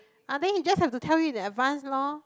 ah then he just have to tell you in advance lor